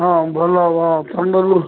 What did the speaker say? ହଁ ଭଲ